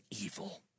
evil